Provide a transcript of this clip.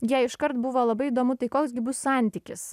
jai iškart buvo labai įdomu tai koks gi bus santykis